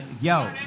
Yo